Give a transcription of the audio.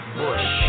bush